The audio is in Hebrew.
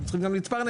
הם צריכים גם להתפרנס.